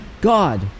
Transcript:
God